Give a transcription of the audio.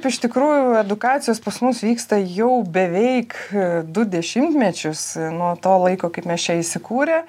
iš tikrųjų edukacijos pas mus vyksta jau beveik du dešimtmečius nuo to laiko kaip mes čia įsikūrę